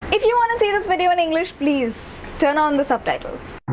if you want to see this video in english, please, turn on the subtitles